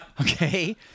okay